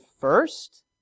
first